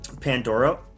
pandora